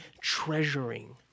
treasuring